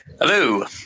Hello